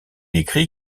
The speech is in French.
écrit